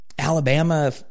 Alabama